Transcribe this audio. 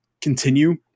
continue